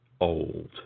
old